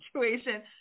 situation